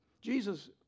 Jesus